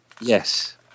Yes